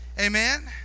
Amen